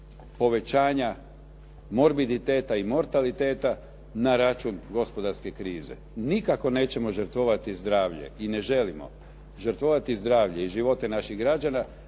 povećanja morbiditeta i mortaliteta na račun gospodarske krize. Nikako nećemo žrtvovati zdravlje i ne želimo žrtvovati zdravlje i živote naših građana